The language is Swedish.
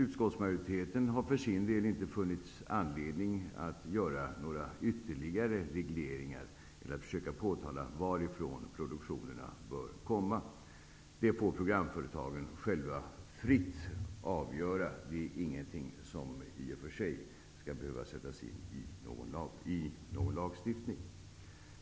Utskottsmajoriteten har inte funnit anledning att göra några ytterligare regleringar eller att försöka tala om varifrån produktionerna bör komma. Det får programföretagen själva fritt avgöra; det är ingenting som skall behöva sättas in i någon lagstiftning.